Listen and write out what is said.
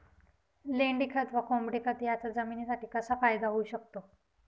लेंडीखत व कोंबडीखत याचा जमिनीसाठी कसा फायदा होऊ शकतो?